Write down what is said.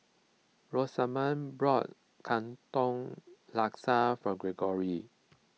Rosamond bought Katong Laksa for Greggory